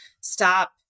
stop